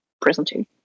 presenting